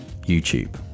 YouTube